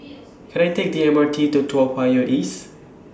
Can I Take The M R T to Toa Payoh East